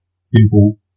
simple